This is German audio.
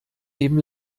eben